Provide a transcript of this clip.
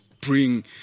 bring